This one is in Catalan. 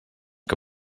que